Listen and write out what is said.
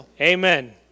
amen